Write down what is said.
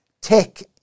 tech